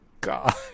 God